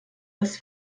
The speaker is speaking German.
das